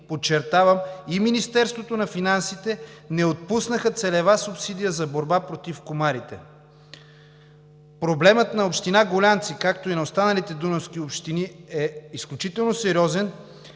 подчертавам, и Министерството на финансите не отпусна целева субсидия за борба против комарите. Проблемът на община Гулянци, както и на останалите дунавски общини, е изключително сериозен,